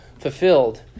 fulfilled